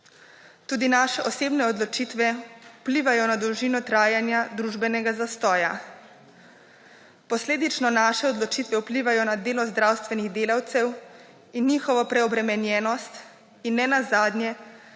Tudi naše osebne odločitve vplivajo na dolžino trajanja družbenega zastoja. Posledično naše odločitve vplivajo na delo zdravstvenih delavcev in njihovo preobremenjenost in nenazadnje